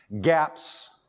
Gaps